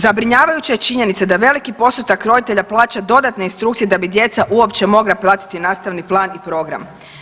Zabrinjavajuća je činjenica da veliki postotak roditelja plaća dodatne instrukcije da bi djeca uopće mogla pratiti nastavni plan i program.